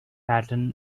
pattern